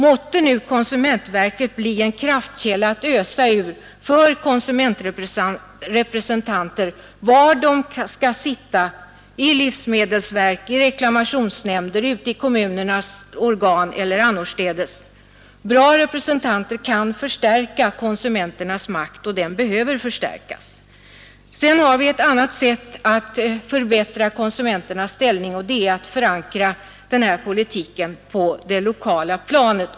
Måtte nu konsumentverket bli en kraftkälla att ösa ur för konsumentrepresentanter, var de än skall sitta — i livsmedelsverk, i reklamationsnämnder, ute i kommunernas organ eller annorstädes. Bra representanter kan förstärka konsumenternas makt, och den behöver förstärkas. Ett annat sätt att förbättra konsumenternas ställning är att förankra den här politiken på det lokala planet.